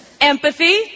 Empathy